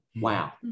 Wow